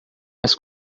mas